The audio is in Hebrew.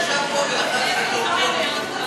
להתערב בהחלטות ועדת הבחירות המרכזית לעניין אישור